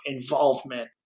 involvement